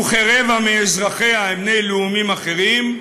וכרבע מאזרחיה הם בני לאומים אחרים,